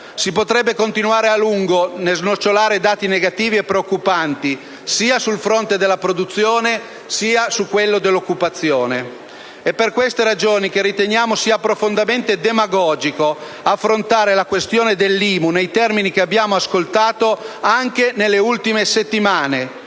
Si potrebbe continuare a lungo a snocciolare dati negativi e preoccupanti sia sul fronte della produzione che su quello dell'occupazione. Per queste ragioni riteniamo profondamente demagogico affrontare la questione dell'IMU nei termini che abbiamo ascoltato anche nelle ultime settimane.